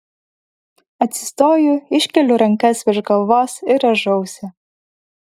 atsistoju iškeliu rankas virš galvos ir rąžausi